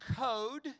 code